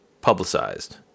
publicized